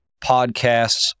podcasts